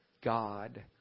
God